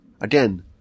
Again